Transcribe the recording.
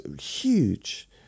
huge